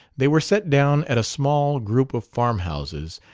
they were set down at a small group of farmhouses,